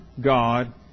God